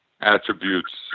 attributes